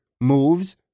moves